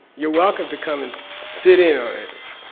you're welcome to come and sit in on it,